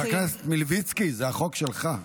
חבר הכנסת מלביצקי, זה החוק שלך.